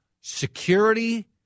security